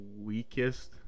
weakest